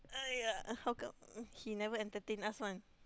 !aiyah! how come he never entertain us one